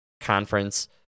conference